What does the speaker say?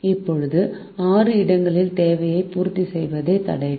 இப்போது 6 இடங்களின் தேவையை பூர்த்தி செய்வதே தடைகள்